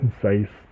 concise